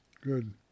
Good